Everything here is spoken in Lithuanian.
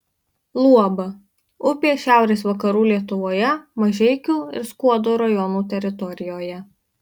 luoba upė šiaurės vakarų lietuvoje mažeikių ir skuodo rajonų teritorijoje